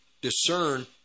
discern